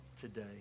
today